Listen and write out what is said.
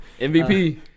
MVP